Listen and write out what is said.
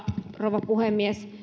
rouva puhemies